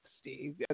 Steve